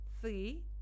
three